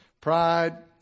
Pride